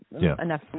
enough